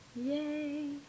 Yay